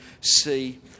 see